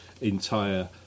entire